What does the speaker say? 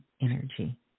energy